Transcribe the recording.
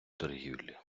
торгівлі